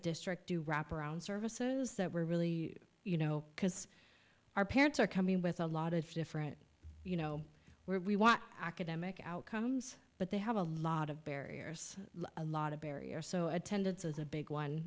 district do wrap around services that were really you know because our parents are coming in with a lot of different you know where we want academic outcomes but they have a lot of barriers a lot of barriers so attendance is a big one